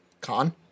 Con